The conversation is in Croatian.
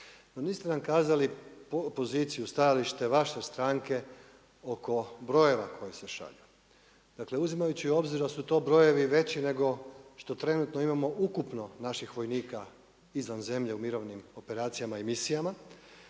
niste nam kazali poziciju, stajalište vaše stranke oko brojeva koji se šalju. Dakle, uzimajući u obzir da su to brojevi veći nego što trenutno imamo ukupno naših vojnika izvan zemlje u mirovnim operacijama i misijama